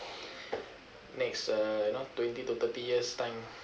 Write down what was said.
next uh you know twenty to thirty years time